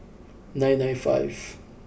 nine nine five